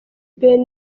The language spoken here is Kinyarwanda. ben